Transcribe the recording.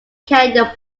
canyon